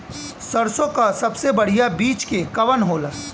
सरसों क सबसे बढ़िया बिज के कवन होला?